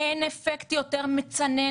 אין אפקט יותר מצנן,